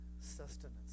sustenance